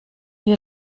dir